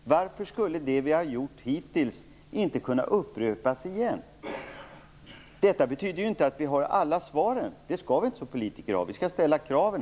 Varför skulle det vi har uppnått hittills inte kunna upprepas igen?. Detta betyder inte att vi har alla svar. Det skall vi inte ha som politiker. Vi skall ställa kraven.